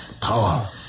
Power